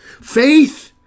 Faith